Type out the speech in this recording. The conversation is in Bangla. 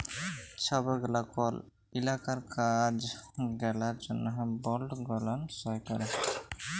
ছব গেলা কল ইলাকার কাজ গেলার জ্যনহে বল্ড গুলান সই ক্যরে